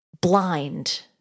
blind